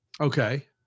Okay